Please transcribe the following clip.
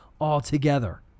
altogether